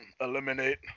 Eliminate